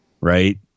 Right